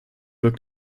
nicht